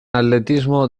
atletismo